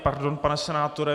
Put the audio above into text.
Pardon, pane senátore.